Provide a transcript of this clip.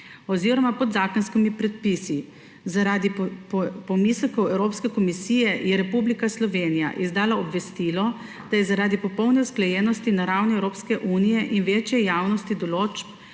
oziroma podzakonskimi predpisi. Zaradi pomislekov Evropske komisije je Republika Slovenija izdala obvestilo, da je zaradi popolne usklajenosti na ravni Evropske unije in večje javnosti določb